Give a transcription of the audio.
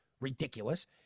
Ridiculous